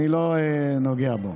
אני לא נוגע בו.